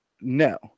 No